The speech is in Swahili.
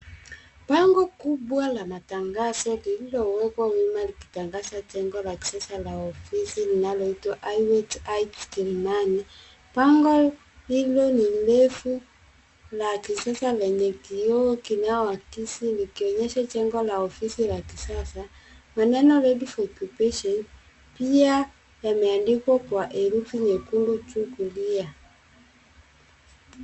Bango kubwa la matangazo lililowekwa wima likitangaza jengo la kisasa la ofisi linaloitwa Highways heights kilimani. Bango hilo ni refu la kisasa lenye kioo kinaoakisi likionyesha jengo la ofisi la kisasa. Maneno ready for accupation pia yameandikwa kwa herufi nyekundu juu kulia.